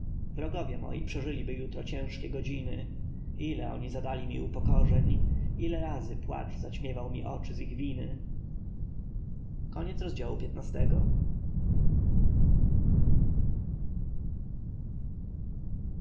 wrogowie moi przeżyliby jutro ciężkie godziny ile oni zadali mi upokorzeń ile razy płacz zaćmiewał mi oczy z ich winy